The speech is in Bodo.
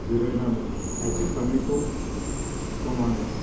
जिरायनानै आथिं फारनैखौ समानै